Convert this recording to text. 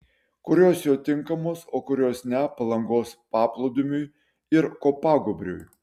kurios jų tinkamos o kurios ne palangos paplūdimiui ir kopagūbriui